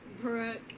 Brooke